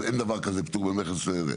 אין דבר כזה פטור ממכס לעולם.